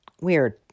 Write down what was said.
weird